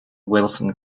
wilson